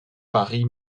paris